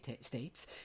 states